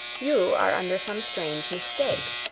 you are under some strange mistake.